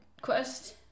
quest